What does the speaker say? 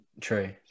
True